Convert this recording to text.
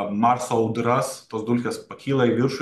marso audras tos dulkės pakyla į viršų